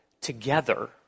together